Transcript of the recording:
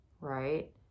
right